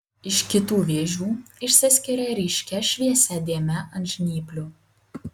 iš kitų vėžių išsiskiria ryškia šviesia dėme ant žnyplių